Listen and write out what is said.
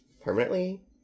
permanently